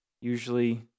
usually